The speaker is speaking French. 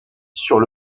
sur